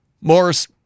Morris